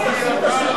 אז תחזיר את השלטון.